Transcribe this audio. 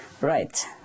Right